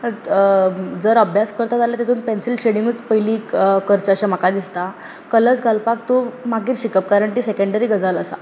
जर अभ्यास करता जाल्यार तातूंत पॅन्सील शेडींगूच पयलीं करचें अशें म्हाका दिसता कलर्स घालपाक मागीर शिकप कारण ती सॅकेंड्री गजाल आसा